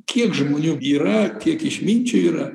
kiek žmonių yra kiek išminčių yra